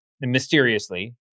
mysteriously